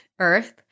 Earth